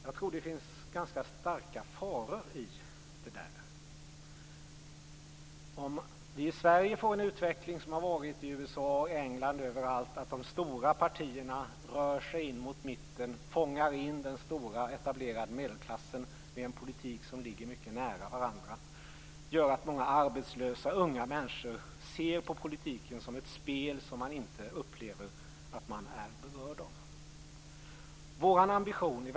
Jag tror att det finns ganska starka faror i det. Om vi i Sverige får samma utveckling som i USA och England, att de stora partierna rör sig mot mitten och fångar in den etablerade medelklassen med en politik som ligger mycket nära varandra, kan många unga, arbetslösa människor se politiken som ett spel som de upplever att de inte är berörda av.